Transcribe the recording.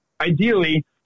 ideally